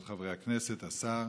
רבותיי חברי הכנסת, השר,